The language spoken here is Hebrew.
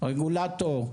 רגולטור,